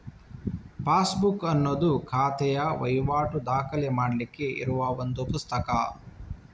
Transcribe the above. passbook ಅನ್ನುದು ಖಾತೆಯ ವೈವಾಟು ದಾಖಲೆ ಮಾಡ್ಲಿಕ್ಕೆ ಇರುವ ಒಂದು ಪುಸ್ತಕ